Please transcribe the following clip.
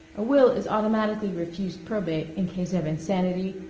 a will is automatically refused probate in case of insanity,